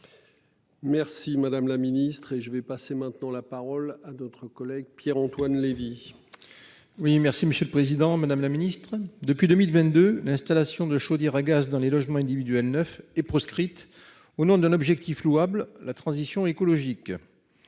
Merci madame la ministre et je vais passer maintenant la parole à d'autres collègues Pierre-Antoine Levi. Oui, merci Monsieur le Président Madame la Ministre depuis 2022 l'installation de chaudières à gaz dans les logements individuels neufs est proscrite au nom d'un objectif louable, la transition écologique.